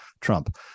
Trump